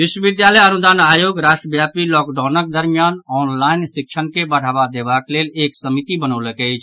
विश्वविद्यालय अनुदान आयोग राष्ट्रव्यापी लॉकडाउनक दरमियान ऑनलाइन शिक्षण के बढ़ावा देबाक लेल एक समिति बनौलक अछि